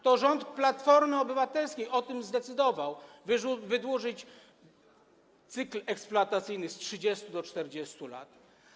To rząd Platformy Obywatelskiej o tym zdecydował, żeby wydłużyć cykl eksploatacyjny z 30 lat do 40 lat.